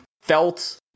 felt